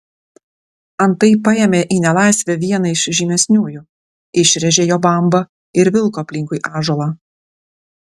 antai paėmė į nelaisvę vieną iš žymesniųjų išrėžė jo bambą ir vilko aplinkui ąžuolą